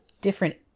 different